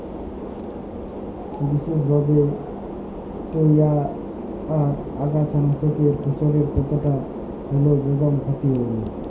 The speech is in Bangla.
বিসেসভাবে তইয়ার আগাছানাসকলে ফসলের কতকটা হল্যেও বেদম ক্ষতি হয় নাই